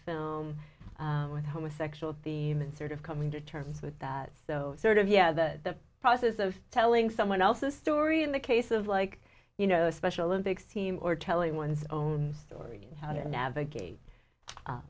film with homosexuals theme and sort of coming to terms with that so sort of yeah the process of telling someone else's story in the case of like you know special effects team or telling one's own story and how to navigate